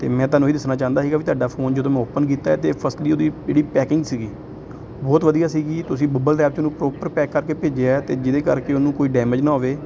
ਅਤੇ ਮੈਂ ਤੁਹਾਨੂੰ ਇਹ ਦੱਸਣਾ ਚਾਹੁੰਦਾ ਸੀਗਾ ਵੀ ਤੁਹਾਡਾ ਫੋਨ ਜਦੋਂ ਮੈਂ ਓਪਨ ਕੀਤਾ ਤਾਂ ਫਸਟਲੀ ਉਹਦੀ ਜਿਹੜੀ ਪੈਕਿੰਗ ਸੀਗੀ ਬਹੁਤ ਵਧੀਆ ਸੀਗੀ ਤੁਸੀਂ ਬੂਬਲ ਰੈਪ 'ਚ ਉਹਨੂੰ ਪ੍ਰੋਪਰ ਪੈਕ ਕਰਕੇ ਭੇਜਿਆ ਅਤੇ ਜਿਹਦੇ ਕਰਕੇ ਉਹਨੂੰ ਕੋਈ ਡੈਮੇਜ ਨਾ ਹੋਵੇ